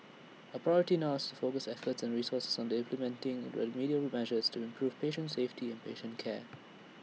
our priority now is focus efforts and resources Sunday remedial measures to improve patient safety and patient care